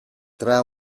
tra